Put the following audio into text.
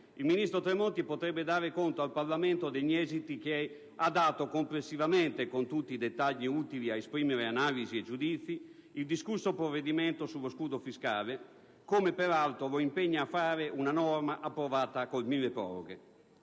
il ministro Tremonti potrebbe dare conto al Parlamento degli esiti che ha dato complessivamente, con tutti i dettagli utili ad esprimere analisi e giudizi, il discusso provvedimento sullo scudo fiscale, come peraltro lo impegna a fare una norma approvata con il decreto